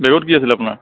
বেগত কি আছিল আপোনাৰ